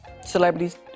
celebrities